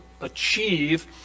achieve